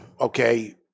okay